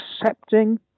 accepting